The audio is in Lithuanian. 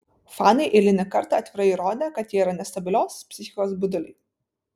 fanai eilinį kartą atvirai įrodė kad jie yra nestabilios psichikos buduliai